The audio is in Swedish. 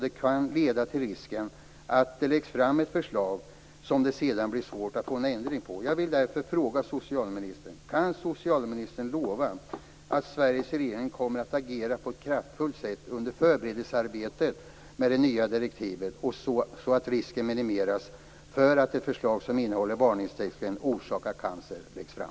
Det kan leda till risken att det läggs fram ett förslag som det sedan blir svårt att ändra på. Kan socialministern lova att Sveriges regering kommer att agera på ett kraftfullt sätt under förberedelsearbetet med det nya direktivet, så att risken minimeras för att ett förslag som innehåller varningstexten "Orsakar cancer" läggs fram?